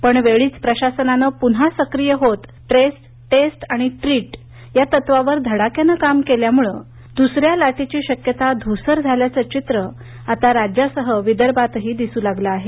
पण वेळीच प्रशासनानं पुन्हा सक्रीय होत ट्रेस टेस्ट आणि ट्रीट या तत्वावर धडाक्यानं काम केल्यामुळे दुसर्या लाटेची शक्यता धूसर झाल्याचं चित्र आता राज्यासह विदर्भातही दिसू लागलं आहे